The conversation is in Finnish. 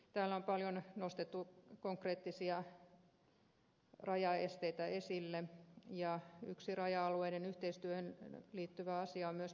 täällä on paljon nostettu konkreettisia rajaesteitä esille ja yksi raja alueiden yhteistyöhön liittyvä asia on myös petoeläinkannat